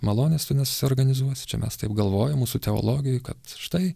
malonės tu nesuorganizuosi čia mes taip galvojam mūsų teologijoj kad štai